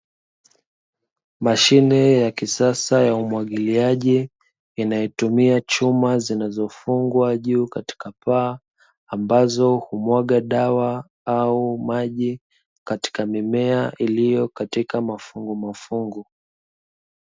Mashine ya kisasa ya umwagiliaji inaetumia chuma zinazofungwa juu katika paa ambazo humwaga dawa au maji katika mimea iliyo katika mafungumafungu.